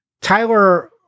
Tyler